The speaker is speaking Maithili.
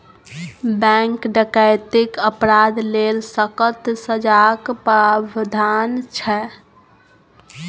बैंक डकैतीक अपराध लेल सक्कत सजाक प्राबधान छै